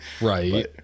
Right